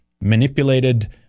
manipulated